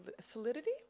solidity